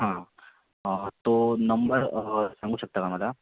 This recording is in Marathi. हां तो नंबर सांगू शकता का मला